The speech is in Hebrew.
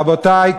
רבותי,